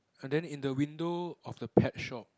and then in the window of the pet shop